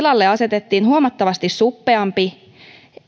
tilalle asetettiin huomattavasti suppeampi